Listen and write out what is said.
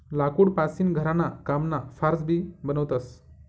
लाकूड पासीन घरणा कामना फार्स भी बनवतस